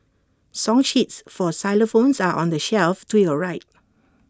song sheets for xylophones are on the shelf to your right